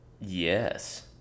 Yes